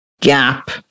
gap